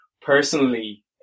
personally